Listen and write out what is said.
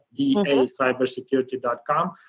dacybersecurity.com